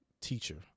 teacher